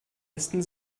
westen